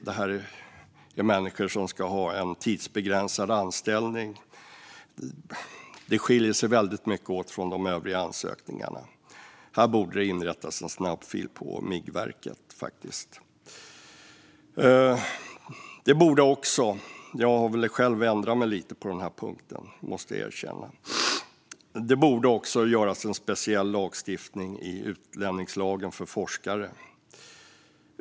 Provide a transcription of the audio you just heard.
Detta är människor som ska ha en tidsbegränsad anställning. Deras ansökningar skiljer sig väldigt mycket från de övriga ansökningarna. Här borde det faktiskt inrättas en snabbfil på Migrationsverket. Det borde också stiftas en speciell lag i utlänningslagen för forskare. Och jag måste erkänna att jag har ändrat mig lite grann på denna punkt.